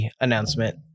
announcement